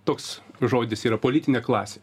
toks žodis yra politinė klasė